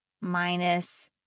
minus